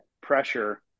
pressure